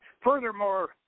Furthermore